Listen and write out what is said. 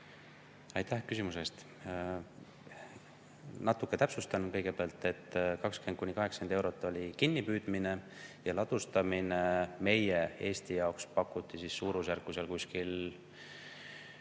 Aitäh küsimuse eest! Natuke täpsustan kõigepealt, et 20–80 eurot oli kinnipüüdmine ja ladustamise puhul meie Eesti jaoks pakuti suurusjärku 40–45